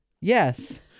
Yes